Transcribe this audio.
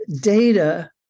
data